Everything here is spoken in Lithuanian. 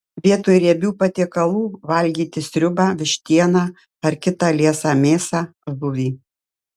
vietoj riebių patiekalų valgyti sriubą vištieną ar kitą liesą mėsą žuvį